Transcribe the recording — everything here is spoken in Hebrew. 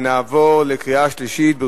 נעבור לקריאה שלישית.